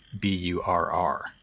B-U-R-R